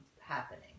happening